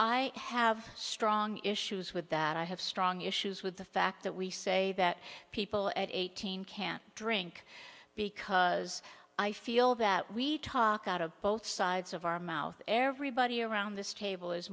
i have strong issues with that i have strong issues with the fact that we say that people at eighteen can't drink because i feel that we talk out of both sides of our mouth everybody around this table is